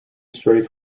strayed